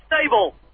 stable